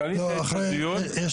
בוא תן לי עכשיו תמונת מצב של